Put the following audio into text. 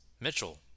Mitchell